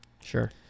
Sure